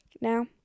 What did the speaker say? now